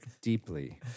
deeply